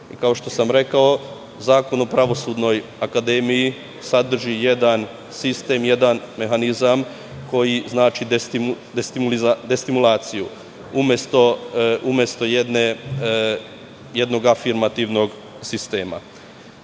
što sam rekao, Zakon o Pravosudnoj akademiji sadrži jedan sistem, jedan mehanizam koji znači destimulaciju, umesto jednog afirmativnog sistema.